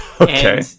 Okay